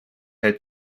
had